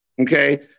Okay